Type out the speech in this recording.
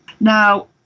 Now